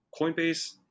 Coinbase